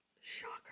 Shocker